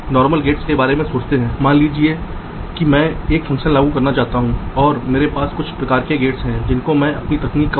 तो नीला ग्राउंड रेखा को संदर्भित है और लाल एक वीडीडी रेखा को संदर्भित है